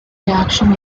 reaction